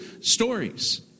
stories